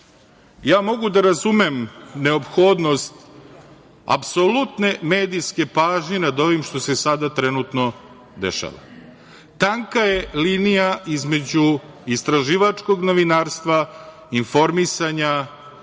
mogu da razumem neophodnost apsolutne medijske pažnje nad ovim što se sada trenutno dešava. Tanka je linija između istraživačkog novinarstva, informisanja